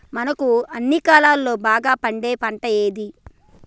మనకు అన్ని కాలాల్లో బాగా పండే పంట ఏది?